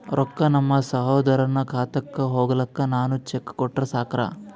ರೊಕ್ಕ ನಮ್ಮಸಹೋದರನ ಖಾತಕ್ಕ ಹೋಗ್ಲಾಕ್ಕ ನಾನು ಚೆಕ್ ಕೊಟ್ರ ಸಾಕ್ರ?